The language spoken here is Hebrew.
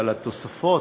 אבל התוספות,